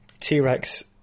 T-Rex